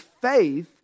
faith